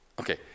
Okay